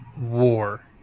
war